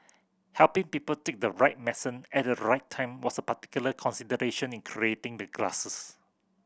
helping people take the right at the right time was a particular consideration in creating the glasses